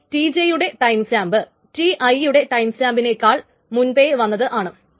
ഈ Tj യുടെ timestamp Ti യുടെ ടൈംസ്റ്റാമ്പിനേക്കാൾ മുൻപേ വന്നത് ആണ്